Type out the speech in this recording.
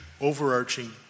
overarching